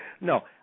No